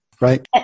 Right